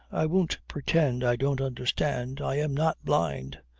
i won't pretend i don't understand. i am not blind.